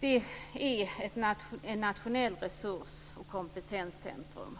som är ett nationellt resurs och kompetenscentrum.